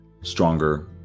stronger